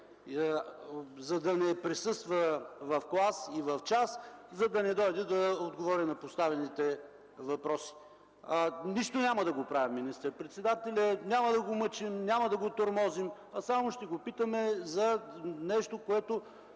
за да не присъства в клас, в час, за да не дойде да отговори на поставените въпроси. Нищо няма да го правим министър-председателя, няма да го мъчим, няма да го тормозим. Само ще го питаме за нещо, което...